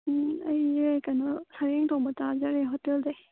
ꯎꯝ ꯑꯩꯁꯦ ꯀꯩꯅꯣ ꯁꯥꯔꯦꯡ ꯊꯣꯡꯕ ꯆꯥꯖꯔꯦ ꯍꯣꯇꯦꯜꯗꯒꯤ